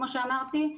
כמו שאמרתי.